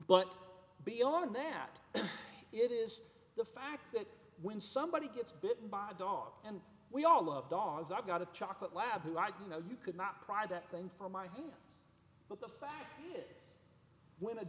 but beyond that it is the fact that when somebody gets bitten by a dog and we all love dogs i've got a chocolate lab who like you know you could not pry that thing from my hands